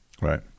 Right